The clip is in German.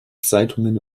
zeitungen